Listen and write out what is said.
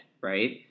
right